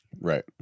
Right